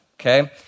okay